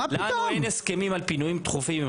לנו אין הסכמים עם פינויים דחופים עם